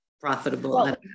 profitable